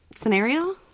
scenario